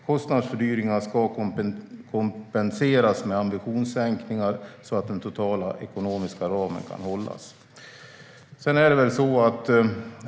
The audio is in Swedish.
Kostnadsfördyringar ska kompenseras med ambitionssänkningar så att den totala ekonomiska ramen kan hållas."